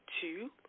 two